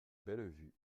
bellevue